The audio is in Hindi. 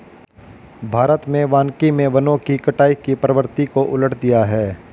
भारत में वानिकी मे वनों की कटाई की प्रवृत्ति को उलट दिया है